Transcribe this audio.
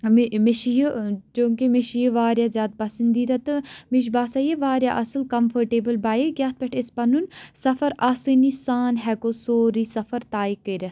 مےٚ مےٚ چھِ یہِ چوٗنٛکہِ مےٚ چھِ یہِ واریاہ زیادٕ پَسنٛدیٖدہ تہٕ مےٚ چھِ باسان یہِ واریاہ اصٕل کَمفٲرٹیبٕل بایِک یَتھ پٮ۪ٹھ أسۍ پَنُن سَفَر آسٲنی سان ہیٚکو سورٕے سَفَر طے کٔرِتھ